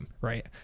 right